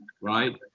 right